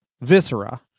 Viscera